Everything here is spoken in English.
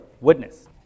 witness